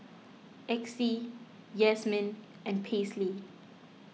Exie Yazmin and Paisley